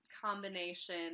combination